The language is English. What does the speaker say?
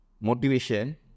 motivation